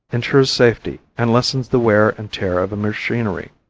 insures safety and lessens the wear and tear of machinery.